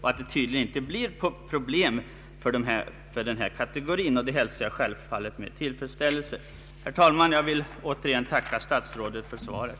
Det blir tydligen inte några problem för denna kategori, vilket jag självfallet hälsar med tillfredsställelse. Herr talman! Jag vill återigen tacka statsrådet för svaret.